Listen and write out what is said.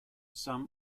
some